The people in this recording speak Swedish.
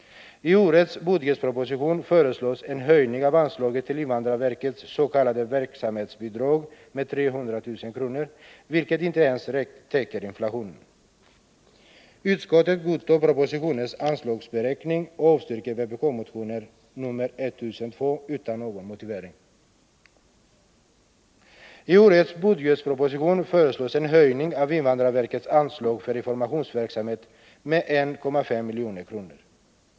I årets budgetproposition föreslås en höjning av anslaget till invandrarverkets s.k. verksamhetsbidrag med 300 000 kr., vilket inte ens täcker inflationen. Utskottet godtar propositionens anslagsberäkning och avstyrker vpk:s motion nr 1002 utan någon motivering. I årets budgetproposition föreslås en höjning av invandrarverkets anslag för informationsverksamhet med 1,5 milj.kr.